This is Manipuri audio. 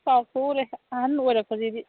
ꯀꯥꯎꯊꯣꯛꯎꯔꯦ ꯑꯍꯟ ꯑꯣꯏꯔꯛꯄꯁꯤꯗꯤ